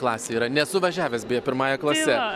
klasė yra nesu važiavęs beje pirmąja klase